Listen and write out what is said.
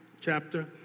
chapter